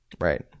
Right